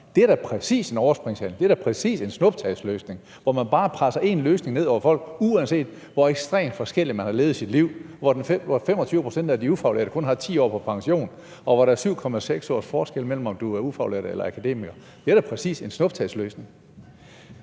de har haft, bare stiger? Det er da netop en snuptagsløsning, hvor man bare presser én løsning ned over folk, uanset hvor ekstremt forskelligt de har levet deres liv, og hvor 25 pct. af de ufaglærte kun har 10 år på pension, og hvor der er 7,6 års forskel mellem, om du er ufaglært eller akademiker. Det er da netop en snuptagsløsning.